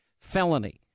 felony